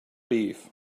beef